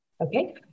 Okay